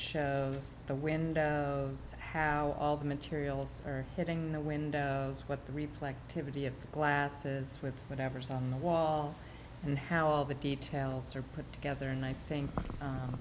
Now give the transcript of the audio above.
shows the window how all the materials are hitting the windows what the reply to the glasses with whatever's on the wall and how all the details are put together and i think